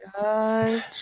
Judge